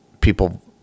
people